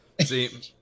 See